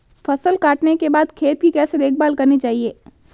फसल काटने के बाद खेत की कैसे देखभाल करनी चाहिए?